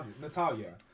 Natalia